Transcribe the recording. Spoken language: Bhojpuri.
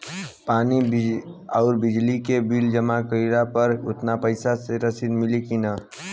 पानी आउरबिजली के बिल जमा कईला पर उतना पईसा के रसिद मिली की न?